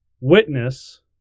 witness